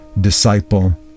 disciple